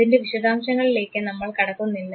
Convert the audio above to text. അതിൻറെ വിശദാംശങ്ങളിലേക്ക് നമ്മൾ കടക്കുന്നില്ല